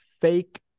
fake